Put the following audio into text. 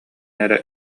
эрэ